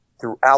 throughout